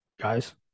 guys